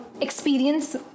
experience